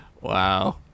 wow